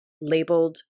labeled